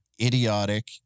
idiotic